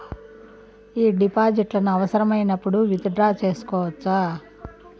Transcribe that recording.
ఈ డిపాజిట్లను అవసరమైనప్పుడు విత్ డ్రా సేసుకోవచ్చా?